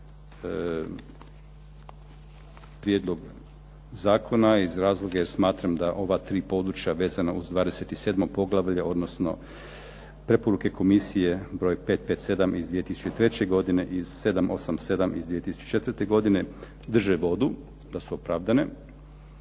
prijedlog zakona iz razloga jer smatram da ova tri područja vezana uz 27. poglavlje, odnosno preporuke komisije broj 557 iz 2003. godine i 787 iz 2004. godine drže vodu, da su opravdane.